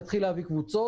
תתחיל להביא קבוצות,